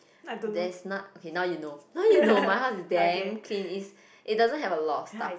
there's not~ okay now you know now you know my house is damn clean is it doesn't have a lot of stuff